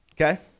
Okay